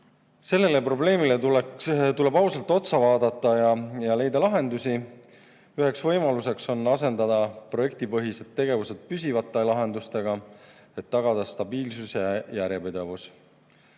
Sellele probleemile tuleb ausalt otsa vaadata ja leida lahendusi. Üks võimalus on asendada projektipõhised tegevused püsivate lahendustega, et tagada stabiilsus ja järjepidevus.